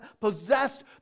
possessed